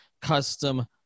custom